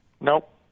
Nope